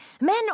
Men